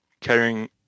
carrying